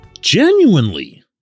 genuinely